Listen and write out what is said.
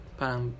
parang